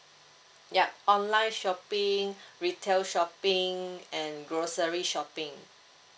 yup online shopping retail shopping and grocery shopping